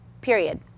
Period